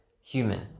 human